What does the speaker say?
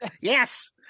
Yes